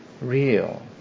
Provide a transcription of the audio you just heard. real